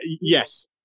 Yes